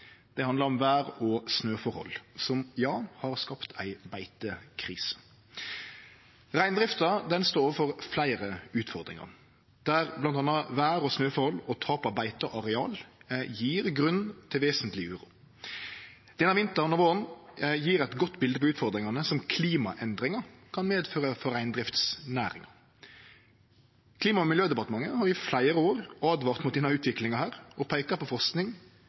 handlar om vêr og snøforhold som har skapt ei beitekrise. Reindrifta står overfor fleire utfordringar, der bl.a. vêr, snøforhold og tap av beiteareal gjev grunn til vesentleg uro. Denne vinteren og våren gjev eit godt bilde på utfordringane som klimaendringar kan føre til for reindriftsnæringa. Klima- og miljødepartementet har i fleire år åtvara mot denne utviklinga og peika på forsking